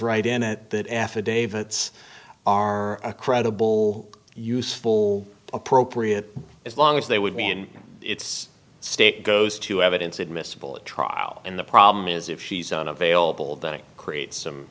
right in it that affidavit are a credible useful appropriate as long as they would be in its state goes to evidence admissible at trial and the problem is if she's unavailable that it creates some